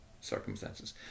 circumstances